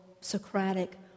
Socratic